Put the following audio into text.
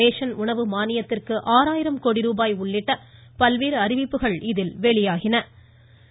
ration உணவு மானியத்திற்கு ஆறாயிரம் கோடி ரூபாய் உள்ளிட்ட பல்வேறு அறிவிப்புகள் வெளியாகியுள்ளன